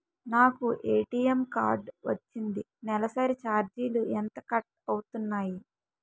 నాకు ATM card వచ్చింది నెలసరి ఛార్జీలు ఎంత కట్ అవ్తున్నాయి?